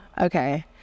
okay